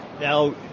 Now